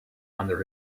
under